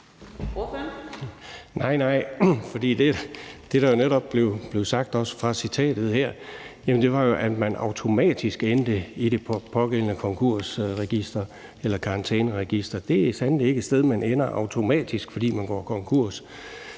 Nej, nej, for det, der netop blev sagt i citatet her, var jo, at man automatisk endte i det pågældende konkurskarantæneregister. Det er sandelig ikke et sted, man ender automatisk, fordi man går konkurs.